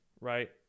right